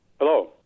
Hello